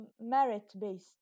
merit-based